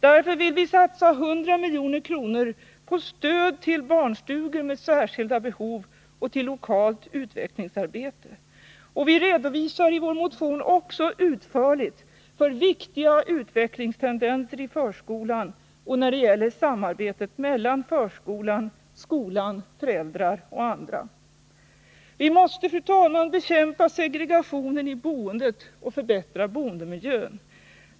Därför vill vi satsa 100 milj.kr. på stöd till barnstugor med särskilda behov och till lokalt utvecklingsarbete. Vi redovisar i vår motion också utförligt viktiga utvecklingstendenser i förskolan och när det gäller samarbetet mellan förskolan, skolan, föräldrar och andra. Vi måste, fru talman, bekämpa segregationen i boendet och förbättra boendemiljön.